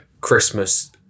Christmas